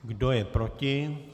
Kdo je proti?